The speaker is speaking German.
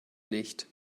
nicht